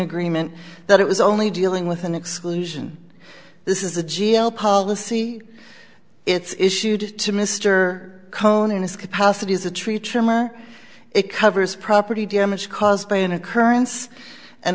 agreement that it was only dealing with an exclusion this is a g l policy it's issued to mr cohn in his capacity as a tree trimmer it covers property damage caused by an occurrence and